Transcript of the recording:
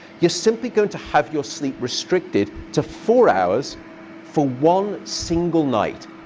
you're simply going to have your sleep restricted to four hours for one single night.